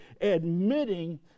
admitting